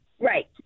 Right